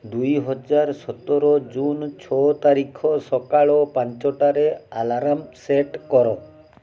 ଦୁଇ ହଜାର ସତର ଜୁନ୍ ଛଅ ତାରିଖ ସକାଳ ପାଞ୍ଚଟାରେ ଆଲାର୍ମ ସେଟ୍ କର